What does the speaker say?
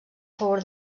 favor